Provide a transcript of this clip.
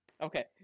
Okay